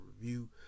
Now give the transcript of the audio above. review